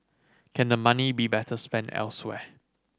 can the money be better spent elsewhere